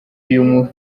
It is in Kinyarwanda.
uyu